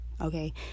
Okay